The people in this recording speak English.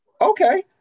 okay